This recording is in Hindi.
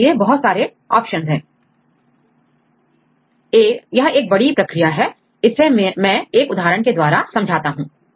इसके लिए बहुत सारे ऑप्शंस यह एक बड़ी प्रक्रिया है इसे मैं एक उदाहरण से समझाता हूं